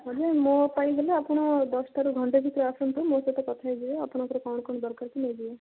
ହଁ ଯେ ମୋ ପାଇଁ ହେଲେ ଆପଣ ଦଶଟାରୁ ଘଣ୍ଟେ ଭିତରେ ଆସନ୍ତୁ ମୋ ସହିତ କଥା ହେଇଯିବେ ଆପଣଙ୍କର କ'ଣ କ'ଣ ଦରକାର ଅଛି ନେଇଯିବେ